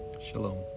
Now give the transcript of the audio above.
Shalom